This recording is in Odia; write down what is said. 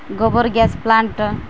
ଗୋବର ଗ୍ୟାସ୍ ପ୍ଳାଣ୍ଟ୍